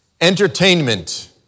entertainment